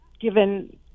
given